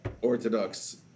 Orthodox